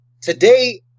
Today